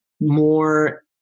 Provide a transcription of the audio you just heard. more